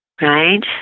right